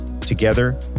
Together